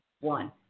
one